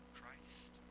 Christ